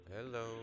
Hello